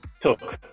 took